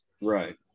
right